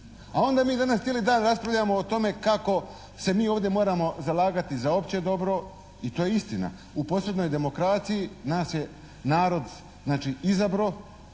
A onda mi danas cijeli dan raspravljamo o tome kako se mi ovdje moramo zalagati za opće dobro. I to je istina, u posrednoj demokraciji nas je narod znači